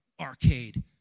arcade